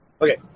Okay